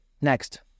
next